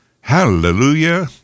Hallelujah